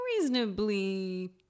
reasonably